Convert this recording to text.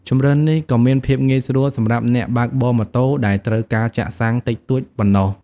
ជម្រើសនេះក៏មានភាពងាយស្រួលសម្រាប់អ្នកបើកបរម៉ូតូដែលត្រូវការចាក់សាំងតិចតួចប៉ុណ្ណោះ។